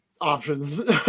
options